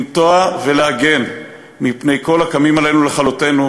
לנטוע ולהגן מפני כל הקמים עלינו לכלותנו.